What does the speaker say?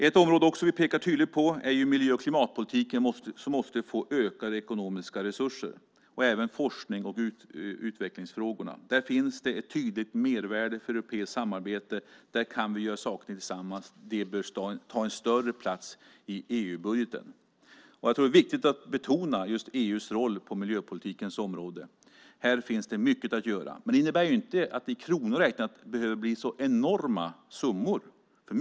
Ett annat område vi pekar tydligt på är miljö och klimatpolitiken, som måste få ökade ekonomiska resurser. Det gäller även forsknings och utvecklingsfrågorna. Där finns det ett tydligt mervärde för europeiskt samarbete, och där kan vi göra saker tillsammans. Det bör ta en större plats i EU-budgeten. Det är viktigt att betona EU:s roll på miljöpolitikens område. Här finns mycket att göra, men det innebär inte att det i kronor räknat behöver bli så enorma summor.